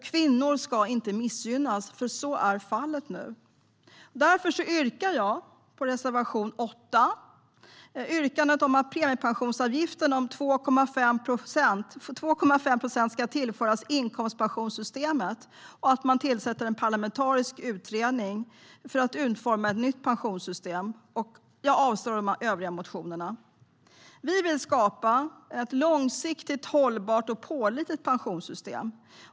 Kvinnor ska inte missgynnas. Så är fallet nu. Därför yrkar jag bifall till reservation 8 - yrkandet om att premiepensionsavgiften om 2,5 procent ska tillföras inkomstpensionssystemet och att man tillsätter en parlamentarisk utredning för att utforma ett nytt pensionssystem. Jag yrkar avslag på de övriga motionerna. Vi vill skapa ett långsiktigt, hållbart och pålitligt pensionssystem.